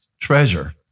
treasure